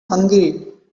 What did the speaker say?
hungry